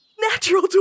Natural